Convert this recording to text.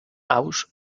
aus